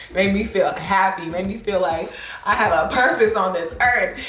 made me feel happy. made me feel like i have a purpose on this earth.